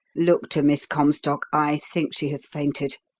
look to miss comstock i think she has fainted.